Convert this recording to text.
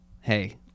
hey